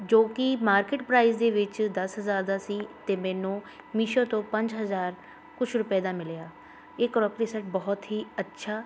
ਜੋ ਕੀ market price ਦੇ ਵਿੱਚ ਦਸ ਹਜ਼ਾਰ ਦਾ ਸੀ ਅਤੇ ਮੈਨੂੰ ਮੀਸ਼ੋ ਤੋਂ ਪੰਜ ਹਜ਼ਾਰ ਕੁਛ ਰੁਪਏ ਦਾ ਮਿਲਿਆ ਇਹ ਕਰੋਕਰੀ ਸੈੱਟ ਬਹੁਤ ਹੀ ਅੱਛਾ